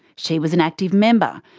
she was an active member,